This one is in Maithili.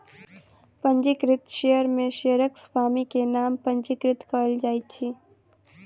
पंजीकृत शेयर में शेयरक स्वामी के नाम पंजीकृत कयल जाइत अछि